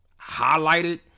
highlighted